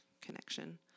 connection